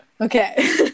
Okay